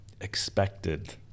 expected